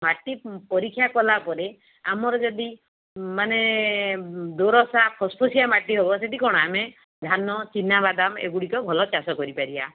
ମାଟି ପରୀକ୍ଷା କଲା ପରେ ଆମର ଯଦି ମାନେ ଦୋରସା ଫସଫସିଆ ମାଟି ହେବ ସେଇଠି କ'ଣ ଆମେ ଧାନ ଚୀନାବାଦାମ ଏଗୁଡ଼ିକ ଭଲ ଚାଷ କରିପାରିବା